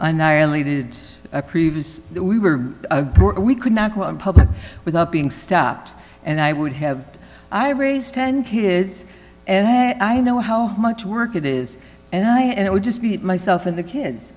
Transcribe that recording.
annihilated previous we were we could not go in public without being stopped and i would have i raise ten kids and i know how much work it is and i and it would just be myself and the kids